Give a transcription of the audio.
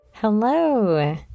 Hello